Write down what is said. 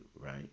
right